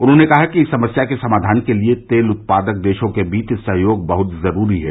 उन्होंने कहा कि इस समस्या के समाधान के लिए तेल उत्पादक देशों के बीच सहयोग बहुत जरूरी है